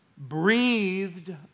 breathed